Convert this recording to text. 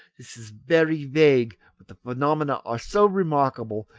this is very vague, but the phenomena are so remarkable,